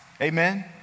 Amen